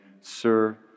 Sir